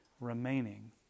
remaining